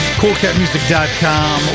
coolcatmusic.com